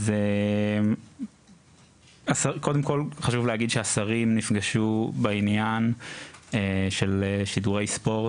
אז קודם כל חשוב להגיד שהשרים נפגשו בעניין של שידורי ספורט,